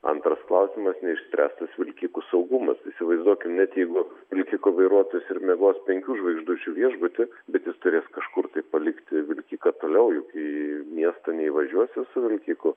antras klausimas neišspręstas vilkikų saugumas įsivaizduokim net jeigu vilkiko vairuotojas ir miegos penkių žvaigždučių viešbuty bet jis turės kažkur tai palikti vilkiką toliau juk į miestą neįvažiuosi su vilkiku